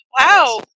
Wow